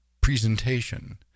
presentation